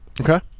Okay